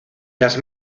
las